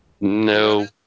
No